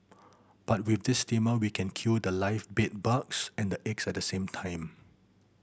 but with this steamer we can kill the live bed bugs and the eggs at the same time